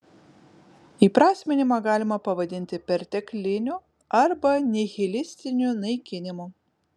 įprasminimą galima pavadinti pertekliniu arba nihilistiniu naikinimu